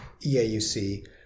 EAUC